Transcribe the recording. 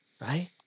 right